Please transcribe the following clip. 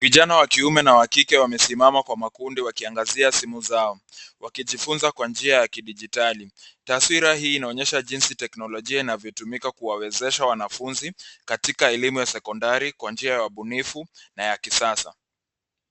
Vijana wa kiume na kike wamesimama kwa makundi wakiangazia simu zao wakijifunza kwa njia ya kidijitali. Taswira hii inaonyesha jinsi teknolojia inavyotumika kuwawezesha wanafunzi katika elimu ya sekondari kwa njia ya ubunifu na ya kisasa.